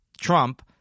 Trump